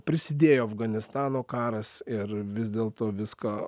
prisidėjo afganistano karas ir vis dėlto viską